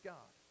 God